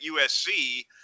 USC